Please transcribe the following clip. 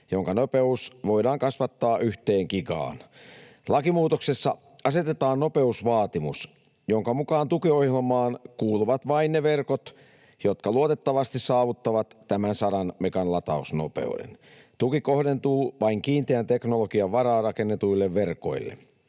jonka nopeus voidaan kasvattaa yhteen gigaan. Lakimuutoksessa asetetaan nopeusvaatimus, jonka mukaan tukiohjelmaan kuuluvat vain ne verkot, jotka luotettavasti saavuttavat tämän 100 megan latausnopeuden. Tuki kohdentuu vain kiinteän teknologian varaan rakennetuille verkoille.